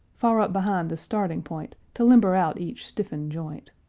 far up behind the starting-point, to limber out each stiffened joint.